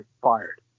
fired